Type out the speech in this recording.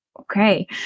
Okay